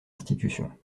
institution